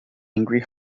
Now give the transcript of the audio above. angry